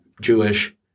Jewish